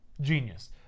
Genius